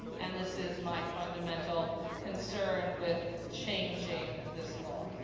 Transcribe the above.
and, this is my fundamental concern with changing this law.